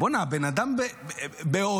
הבן אדם בהודו,